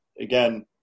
again